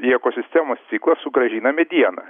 į ekosistemos ciklą sugrąžina medieną